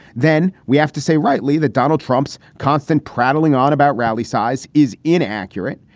then we have to say rightly that donald trump's constant prattling on about rally size is inaccurate.